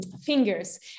fingers